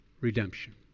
redemption